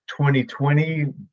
2020